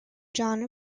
john